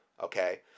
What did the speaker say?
Okay